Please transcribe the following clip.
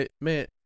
Man